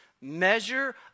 measure